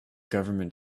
government